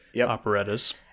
operettas